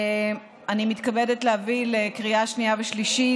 אני מתכבדת להביא לקריאה שנייה ושלישית